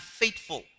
faithful